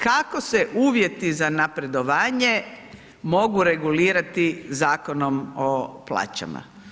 Kako se uvjeti za napredovanje mogu regulirati Zakonom o plaćama?